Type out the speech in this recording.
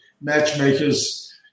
matchmakers